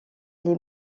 les